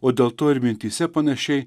o dėl to ir mintyse panašiai